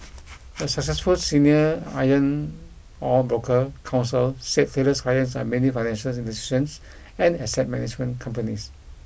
a successful senior iron ore broker counsel said Taylor's clients are mainly financial institutions and asset management companies